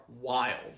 wild